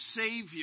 Savior